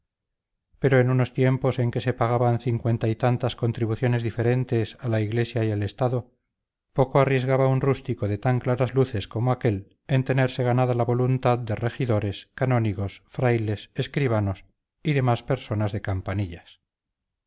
pero en unos tiempos en que se pagaban cincuenta y tantas contribuciones diferentes a la iglesia y al estado poco arriesgaba un rústico de tan claras luces como aquél en tenerse ganada la voluntad de regidores canónigos frailes escribanos y demás personas de campanillas